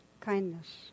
Kindness